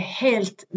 helt